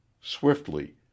Swiftly